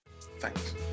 thanks